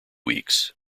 weeks